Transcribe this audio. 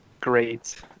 great